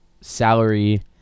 salary